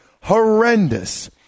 Horrendous